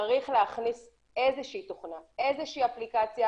צריך להכניס איזו שהיא תוכנה, איזו שהיא אפליקציה